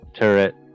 turret